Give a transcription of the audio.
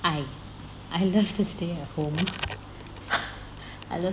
I I love to stay at home I love